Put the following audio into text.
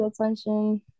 attention